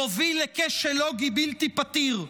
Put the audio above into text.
מוביל לכשל לוגי בלתי פתיר.